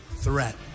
threat